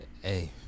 hey